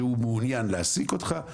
שהוא מעוניין להעסיק אותך,